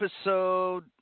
episode